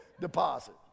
deposit